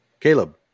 Caleb